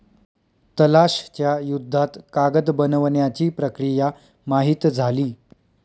तलाश च्या युद्धात कागद बनवण्याची प्रक्रिया माहित झाली